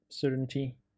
Certainty